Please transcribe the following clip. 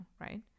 right